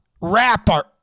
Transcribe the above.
rapper